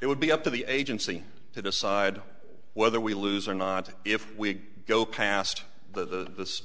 it would be up to the agency to decide whether we lose or not if we go past the